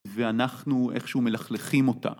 ואנחנו איכשהו מלכלכים אותה.